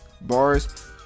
bars